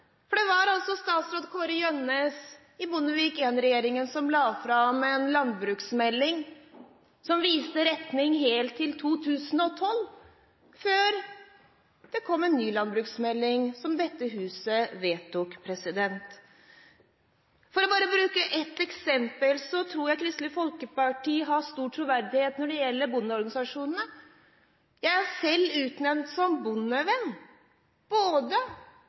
bekymret. Det var statsråd Kåre Gjønnes i Bondevik I-regjeringen som la fram en landbruksmelding som viste retningen helt til 2012, før det kom en ny landbruksmelding, som dette huset vedtok. For bare å bruke ett eksempel, tror jeg Kristelig Folkeparti har stor troverdighet når det gjelder bondeorganisasjonene: Jeg er selv utnevnt til bondevenn, både